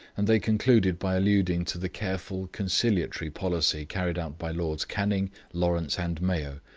and they concluded by alluding to the careful conciliatory policy carried out by lords canning, lawrence, and mayo,